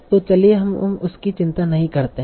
तो चलिए हम उसकी चिंता नहीं करते हैं